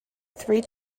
three